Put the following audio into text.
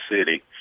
City